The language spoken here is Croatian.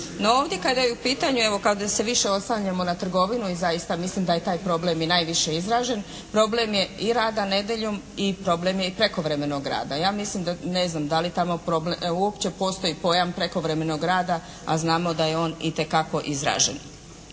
ovdje kada je u pitanju, evo kada se više oslanjamo na trgovinu i zaista mislim da je taj problem i najviše izražen, problem je i rada nedjeljom i problem je i prekovremenog rada. Ja mislim, ne znam da li tamo uopće postoji pojam prekovremenog rada, a znamo da je on itekako izražen.